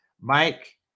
mike